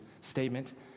statement